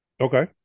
okay